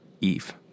Eve